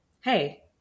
hey